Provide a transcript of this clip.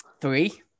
Three